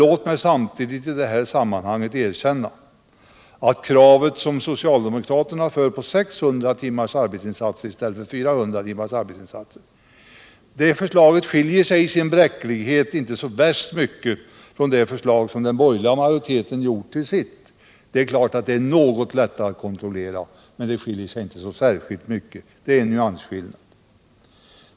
Låt mig i det sammanhanget erkänna att det socialdemokratiska kravet på 600 timmars arbetsinsatser i stället för 400 tummars i sin bräcklighet inte skiljer sig så värst mycket från det förstag som den borgerliga majoriteten gjort till sitt. Det är fråga om nyansskillnader. Det socialdemokratiska kravet är dock något lättare att kontrollera.